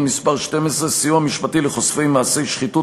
מס' 12) (סיוע משפטי לחושפי מעשי שחיתות,